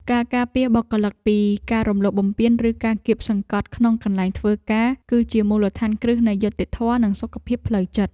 ការការពារបុគ្គលិកពីការរំលោភបំពានឬការគាបសង្កត់ក្នុងកន្លែងធ្វើការ គឺជាមូលដ្ឋានគ្រឹះនៃយុត្តិធម៌និងសុខភាពផ្លូវចិត្ត។